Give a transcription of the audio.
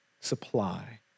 supply